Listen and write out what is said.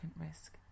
risk